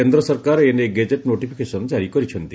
କେନ୍ଦ୍ର ସରକାର ଏ ନେଇ ଗେଜେଟ୍ ନୋଟିଫିକେସନ୍ ଜାରି କରିଛନ୍ତି